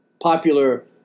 popular